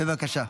בבקשה.